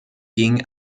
ging